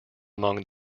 among